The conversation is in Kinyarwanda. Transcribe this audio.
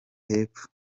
hepfo